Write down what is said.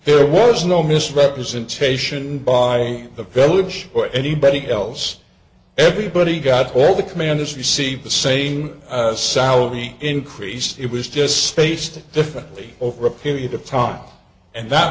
there was no misrepresentation by the village or anybody else everybody got all the commanders receive the same salary increase it was just spaced differently over a period of time and that